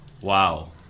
Wow